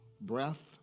breath